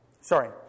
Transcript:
sorry